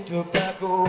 Tobacco